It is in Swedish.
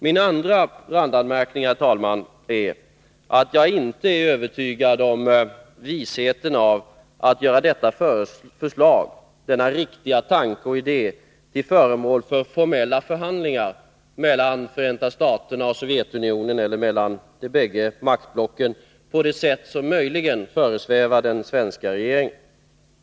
Min andra randanmärkning, herr talman, är att jag inte är övertygad om visheten i att göra detta förslag — denna riktiga tanke och idé — till föremål för formella förhandlingar mellan Förenta staterna och Sovjetunionen, eller mellan de bägge maktblocken, på det sätt som möjligen föresvävar den svenska regeringen.